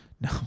No